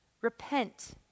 Repent